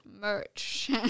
merch